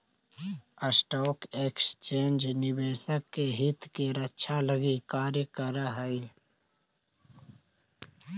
stock exchange निवेशक के हित के रक्षा लगी कार्य करऽ हइ